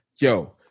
yo –